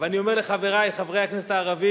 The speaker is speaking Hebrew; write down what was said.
אבל אני אומר לחברי, חברי הכנסת הערבים,